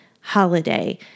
holiday